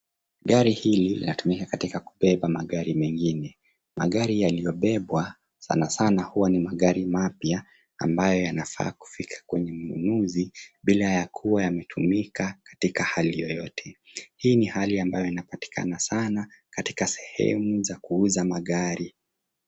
Gari hili linatumika katika kubeba magari mengine. Magari yaliobebwa sanasana huwa ni magari mapya ambayo yanafaa kufika kwenye mnunuzi bila ya kuwa yametumika katika hali yoyote. Hii ni hali ambayo inapatikana sana katika sehemu za kuuza magari.